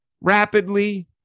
rapidly